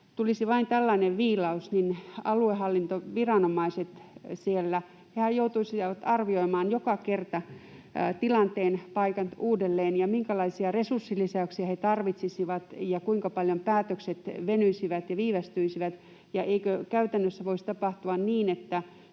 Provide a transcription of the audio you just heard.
tulisi vain tällainen viilaus, niin aluehallintoviranomaisethan joutuisivat arvioimaan joka kerta uudelleen tilanteen, paikan. Minkälaisia resurssilisäyksiä he tarvitsisivat, ja kuinka paljon päätökset venyisivät ja viivästyisivät? Eikö käytännössä voisi tapahtua niin, että